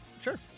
sure